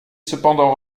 cependant